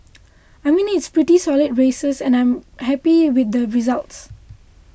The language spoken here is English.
I mean it's pretty solid races and I'm happy with the results